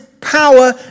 power